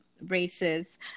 races